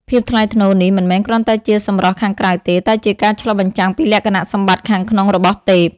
ភាពថ្លៃថ្នូរនេះ មិនមែនគ្រាន់តែជាសម្រស់ខាងក្រៅទេ តែជាការឆ្លុះបញ្ចាំងពីលក្ខណៈសម្បត្តិខាងក្នុងរបស់ទេព។